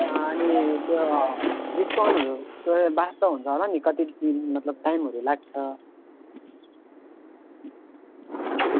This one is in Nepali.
अनि त्यो डिस्काउन्टहरूको बात त हुन्छ होला नि कति दिन मतलब टाइमहरू लाग्छ